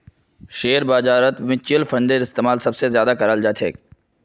share बाजारत mutual फंडेर इस्तेमाल सबसे ज्यादा कराल जा छे